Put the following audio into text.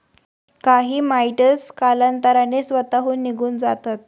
काही माइटस कालांतराने स्वतःहून निघून जातात